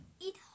eat